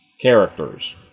characters